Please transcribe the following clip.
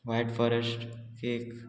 white forest cake